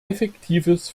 effektives